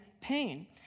pain